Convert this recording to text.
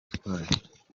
utwaye